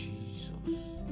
Jesus